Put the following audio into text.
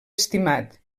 estimat